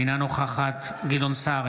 אינה נוכחת גדעון סער,